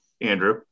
Andrew